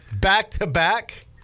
back-to-back